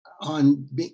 On